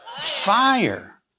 Fire